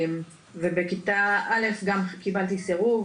ובכיתה א' גם קיבלתי סירוב.